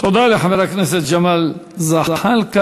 תודה לחבר הכנסת ג'מאל זחאלקה.